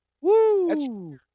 Woo